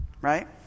right